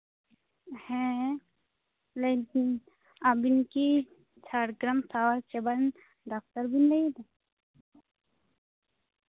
ᱦᱮᱸ ᱞᱟᱹᱭᱫᱟᱹᱧ ᱟᱵᱤᱱ ᱠᱤ ᱡᱷᱟᱲᱜᱨᱟᱢ ᱥᱟᱶᱟᱨ ᱥᱮᱵᱟ ᱨᱮᱱ ᱰᱟᱠᱛᱟᱨ ᱵᱤᱱ ᱞᱟᱹᱭ ᱮᱫᱟ